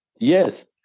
Yes